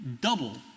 double